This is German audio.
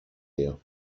leer